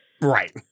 Right